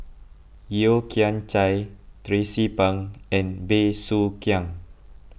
Yeo Kian Chai Tracie Pang and Bey Soo Khiang